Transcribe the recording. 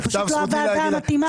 זה פשוט לא הוועדה המתאימה.